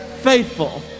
faithful